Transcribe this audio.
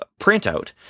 printout